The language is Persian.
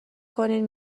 کنید